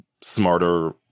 smarter